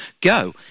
go